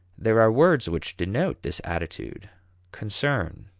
there are words which denote this attitude concern,